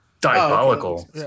Diabolical